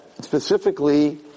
specifically